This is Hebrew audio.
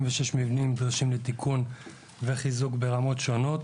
מבנים נדרשים לתיקון וחיזוק ברמות שונות.